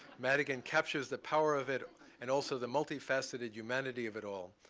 madigan captures the power of it and also the multi-faceted humanity of it all.